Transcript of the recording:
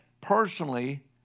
personally